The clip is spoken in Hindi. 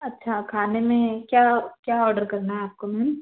अच्छा खाने में क्या क्या आर्डर करना है आपको मैम